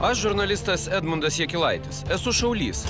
aš žurnalistas edmundas jakilaitis esu šaulys